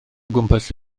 gwmpas